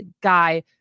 guy